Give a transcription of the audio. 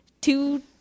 two